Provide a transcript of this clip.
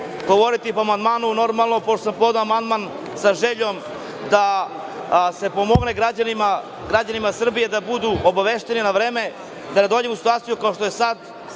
govoriti po amandmanu, normalno, pošto sam podneo amandman sa željom da se pomogne građanima Srbije da budu obavešteni na vreme, da ne dođemo u situaciju kao što je sad,